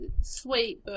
sweet